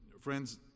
Friends